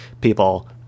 people